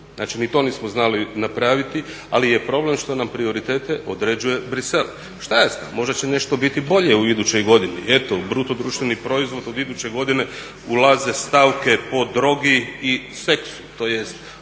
Znači ni to nismo znali napraviti, ali je problem što nam prioritete određuje Bruxelles. Šta ja znam možda će nešto biti bolje u idućoj godini, eto u bruto društveni proizvod od iduće godine ulaze stavke po drogi i seksu, tj.